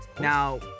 Now